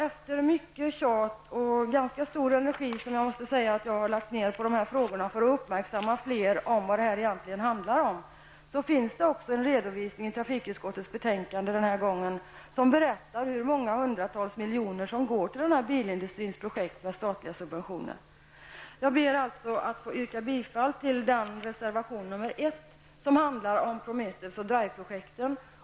Efter mycket tjat och efter att ha ägnat dessa frågor ganska mycket energi på att göra fler uppmärksamma på vad det egentligen handlar om finns det nu en redovisning i detta betänkande från trafikutskottet. Av denna redovisning framgår det hur många hundratals miljoner som går till bilindustrins projekt i form av statliga subventioner. Jag yrkar alltså bifall till reservation nr 1, som handlar om Promethens resp. Drive-projekten.